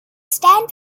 stand